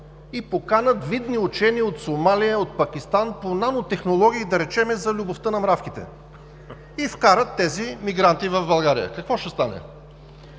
и поканят видни учени от Сомалия, от Пакистан по нанотехнологии – да речем за любовта на мравките, и вкарат тези мигранти в България, какво ще стане?